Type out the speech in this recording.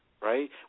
right